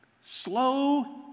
Slow